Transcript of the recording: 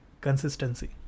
consistency